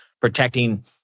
protecting